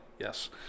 Yes